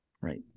Right